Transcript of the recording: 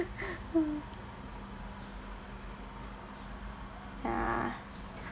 ya